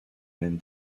même